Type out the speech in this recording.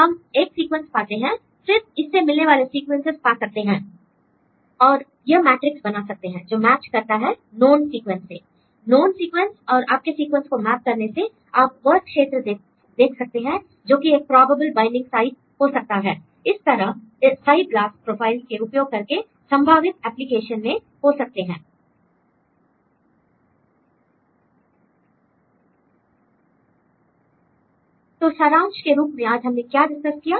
हम एक सीक्वेंस पाते हैं ठीक फिर इससे मिलने वाले सीक्वेंसेस पा सकते हैं और यह मैट्रिक्स बना सकते हैं जो मैच करता है नोन् सीक्वेंस से l नोन् सीक्वेंस और आपके सीक्वेंस को मैप करने से आप वह क्षेत्र देख सकते हैं जोकि एक प्रोबेबल बाइंडिंग साइट हो सकता है l इस तरह सइ ब्लास्ट प्रोफाइल्स के उपयोग कई संभावित एप्लीकेशन में हो सकते हैं l तो सारांश के रूप में आज हमने क्या डिस्कस किया